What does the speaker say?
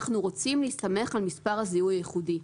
אנחנו רוצים להסתמך על מספר הזיהוי הייחודי".